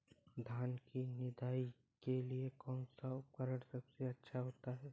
धान की निदाई के लिए कौन सा उपकरण सबसे अच्छा होता है?